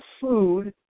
food